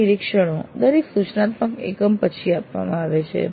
આ નિરીક્ષણો દરેક સૂચનાત્મક એકમ પછી આપવામાં આવે છે